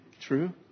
True